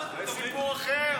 זה סיפור אחר.